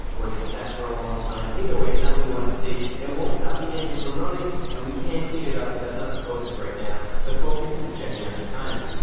or just sat for a long time, either way, it's not what you want to see. it won't stop the engine from running, and we can clean it up, but that's not the focus right now. the focus is checking out the timing.